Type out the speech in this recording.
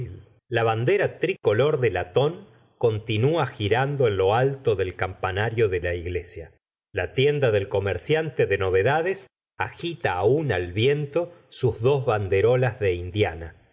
la bandera tricolor de latón continúa girando en lo alto del campanario de la iglesia la tienda del comerciante de novedades agita aún al viento sus dos banderolas de indiana